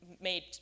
made